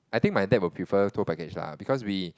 I think my dad will prefer tour package lah because we